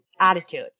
attitude